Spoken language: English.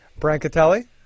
Brancatelli